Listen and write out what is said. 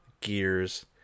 gears